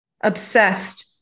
obsessed